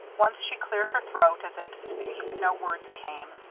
once she cleared her throat, as if to speak, but no words came.